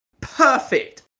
Perfect